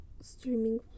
streaming